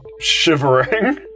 shivering